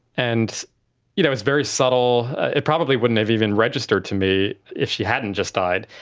and you know it was very subtle, it probably wouldn't have even registered to me if she hadn't just died,